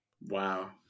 Wow